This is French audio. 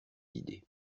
idées